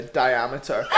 diameter